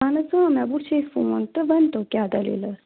اَہَن حظ مےٚ وُچھے فون تہٕ ؤنۍتو کیٛاہ دٔلیٖل ٲسۍ